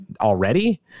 already